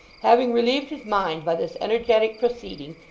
having relieved his mind by this energetic proceeding,